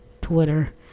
Twitter